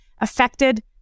affected